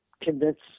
convince